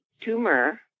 tumor